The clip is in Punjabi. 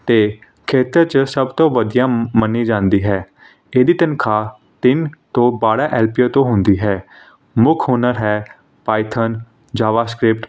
ਅਤੇ ਖੇਤਰ 'ਚ ਸਭ ਤੋਂ ਵਧੀਆ ਮੰਨੀ ਜਾਂਦੀ ਹੈ ਇਹਦੀ ਤਨਖਾਹ ਤਿੰਨ ਤੋਂ ਬਾਰ੍ਹਾਂ ਐਲ ਪੀ ਏ ਤੋਂ ਹੁੰਦੀ ਹੈ ਮੁੱਖ ਹੁਨਰ ਹੈ ਪਾਈਥਨ ਜਾਵਾ ਸਕਰਿਪਟ